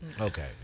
Okay